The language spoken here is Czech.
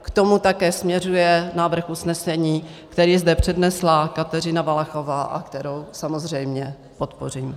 K tomu také směřuje návrh usnesení, který zde přednesla Kateřina Valachová a kterou samozřejmě podpořím.